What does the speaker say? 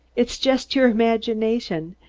it's just your imagination.